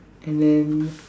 and then